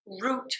root